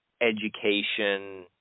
education